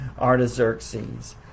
Artaxerxes